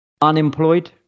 Unemployed